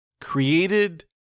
created